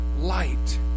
light